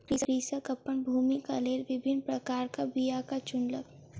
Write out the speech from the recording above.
कृषक अपन भूमिक लेल विभिन्न प्रकारक बीयाक चुनलक